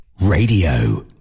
radio